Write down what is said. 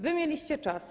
Wy mieliście czas.